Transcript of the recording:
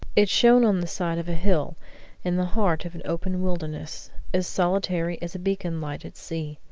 it shone on the side of a hill in the heart of an open wilderness as solitary as a beacon-light at sea.